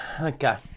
Okay